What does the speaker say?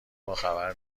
باخبر